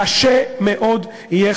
קשה מאוד יהיה,